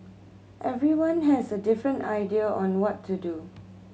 everyone has a different idea on what to do